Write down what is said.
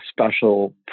special